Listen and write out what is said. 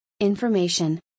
Information